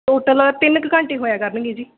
total ਤਿੰਨ ਕੁ ਘੰਟੇ ਹੋਇਆ ਕਰਨਗੇ ਜੀ